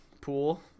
Pool